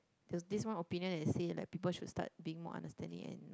there was this one opinion that say like people should start being more understanding and